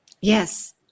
Yes